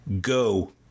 go